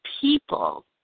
people